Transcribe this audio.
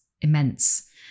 immense